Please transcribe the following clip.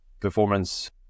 performance